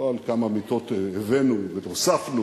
לא על כמה מיטות הבאנו והוספנו,